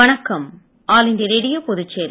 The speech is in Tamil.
வணக்கம் ஆல் இண்டியா ரேடியோபுதுச்சேரி